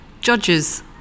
judges